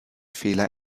fehler